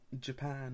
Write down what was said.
Japan